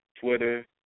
Twitter